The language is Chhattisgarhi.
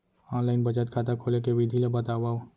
ऑनलाइन बचत खाता खोले के विधि ला बतावव?